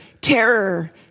terror